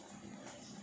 can a not